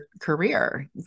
career